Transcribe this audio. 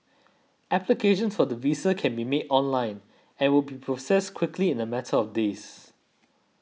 applications for the visa can be made online and will be processed quickly in a matter of days